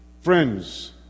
friends